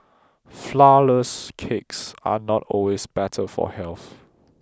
flourless cakes are not always better for health